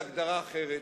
על הגדרה אחרת,